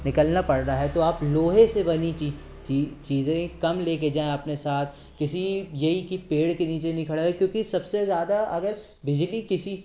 निकलना पड़ रहा है तो आप लोहे से बनी ची ची चीज़ें कम लेके जाएँ अपने साथ किसी यही कि पेड़ के नीचे नहीं खड़ा क्योंकि सबसे ज़्यादा अगर बिजली किसी